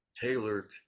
tailored